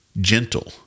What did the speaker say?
gentle